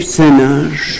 sinners